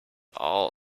all